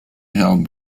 held